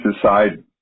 decide